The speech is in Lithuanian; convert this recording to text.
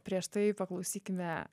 prieš tai paklausykime